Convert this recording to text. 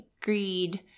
greed